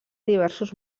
diversos